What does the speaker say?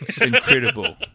incredible